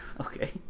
Okay